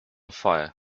fire